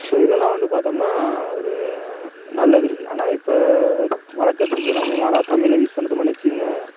so இதெல்லாம் வந்து பார்த்தோம்னா ஒரு நல்லது இருக்குது ஆனால் இபபோ வழக்கத்திற்கு நம்ம மாறாக தமிழை யூஸ் பண்ணுறது மன்னிச்சுக்குங்க